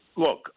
Look